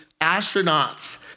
astronauts